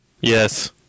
Yes